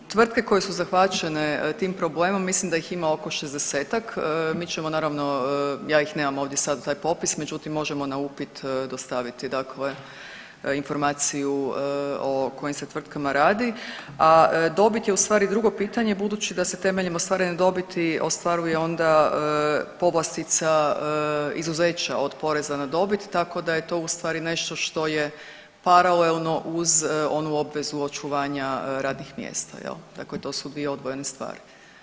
Tvrtke koje su zahvaćene tim problemom, mislim da ih ima oko 60-ak, mi ćemo naravno, ja ih nemam ovdje sad taj popis, međutim, možemo na upit dostaviti dakle informaciju o kojim se tvrtkama radi, a dobit je ustvari drugo pitanje budući da se temeljem ostvarene dobiti ostvaruje onda povlastica izuzeća od poreza na dobit tako da je to ustvari nešto što je paralelno uz onu obvezu očuvanja radnih mjesta, je li, tako to su dvije odvojene stvari.